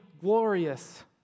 glorious